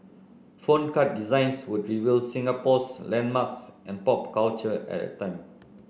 phone card designs would reveal Singapore's landmarks and pop culture at that time